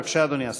בבקשה, אדוני השר.